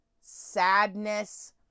sadness